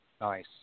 Nice